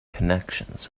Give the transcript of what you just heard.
connections